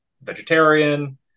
vegetarian